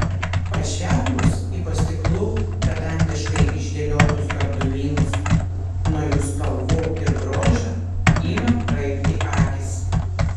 pažvelgus į po stiklu pedantiškai išdėliotus gardumynus nuo jų spalvų ir grožio ima raibti akys